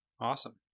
Awesome